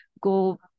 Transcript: go